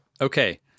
Okay